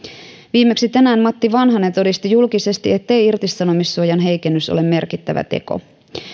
viimeksi tänään matti vanhanen todisti julkisesti ettei irtisanomissuojan heikennys ole merkittävä teko